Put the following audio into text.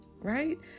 right